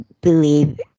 believe